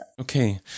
Okay